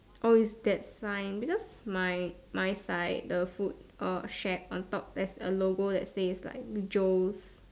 oh is that sign because my my side the food or shack on top there's a logo that says like Joe's